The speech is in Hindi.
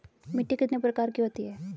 मिट्टी कितने प्रकार की होती हैं?